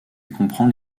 comprend